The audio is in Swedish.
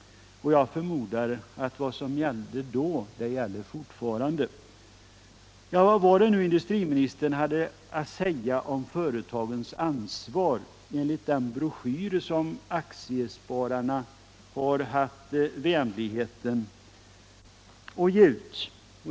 Jag förmodar att vad som gällde då gäller fortfarande. Och vad hade då industriministern att säga om företagens ansvar enligt den broschyr som Sveriges Aktiesparares riksförbund haft vänligheten att ge ut?